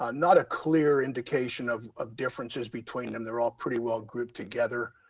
ah not a clear indication of of differences between them. they're all pretty well grouped together.